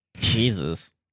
Jesus